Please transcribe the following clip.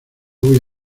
voy